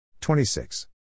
26